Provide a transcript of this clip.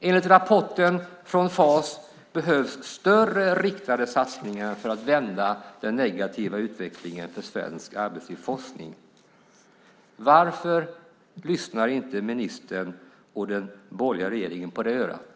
Enligt rapporten från FAS behövs större, riktade satsningar för att vända den negativa utvecklingen för svensk arbetslivsforskning. Varför lyssnar inte ministern och den borgerliga regeringen på det örat?